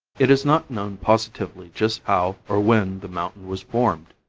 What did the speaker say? it is not known positively just how or when the mountain was formed,